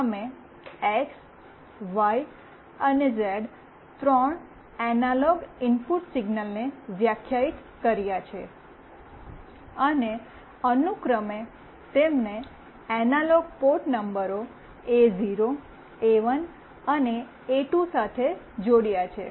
અમે X Y and Z ત્રણ analogue input સિગ્નલને વ્યાખ્યાયિત કર્યા છે અને અનુક્રમે તેમને એનાલોગ પોર્ટ નંબરો એ0 એ1 અને એ2 સાથે જોડ્યા છે